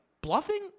bluffing